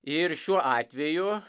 ir šiuo atveju